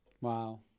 Wow